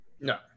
No